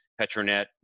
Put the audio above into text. Petronet